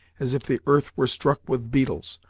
as if the earth were struck with beetles.